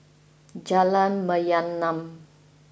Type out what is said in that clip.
Jalan Mayaanam